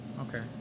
okay